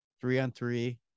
three-on-three